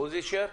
עוזי שר,